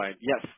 Yes